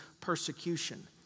persecution